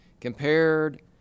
Compared